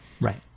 Right